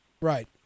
Right